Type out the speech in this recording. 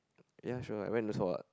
ya sure I went also [what]